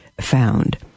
found